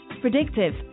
Predictive